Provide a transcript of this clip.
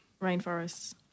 rainforests